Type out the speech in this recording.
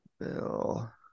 Bill